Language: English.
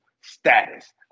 status